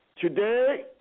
Today